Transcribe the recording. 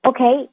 Okay